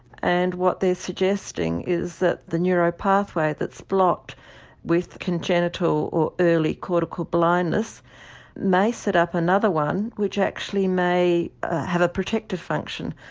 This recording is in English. and what they're suggesting is that the neuropathway that's blocked with congenital or early cortical blindness may set up another one which actually may have a protective function,